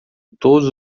todos